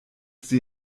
sie